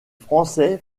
français